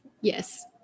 Yes